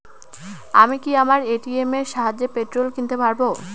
আমি কি আমার এ.টি.এম এর সাহায্যে পেট্রোল কিনতে পারব?